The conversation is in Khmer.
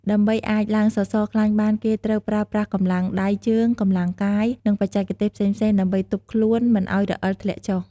ដើម្បីអាចឡើងសសរខ្លាញ់បានគេត្រូវប្រើប្រាស់កម្លាំងដៃជើង កម្លាំងកាយ និងបច្ចេកទេសផ្សេងៗដើម្បីទប់ខ្លួនមិនឱ្យរអិលធ្លាក់ចុះ។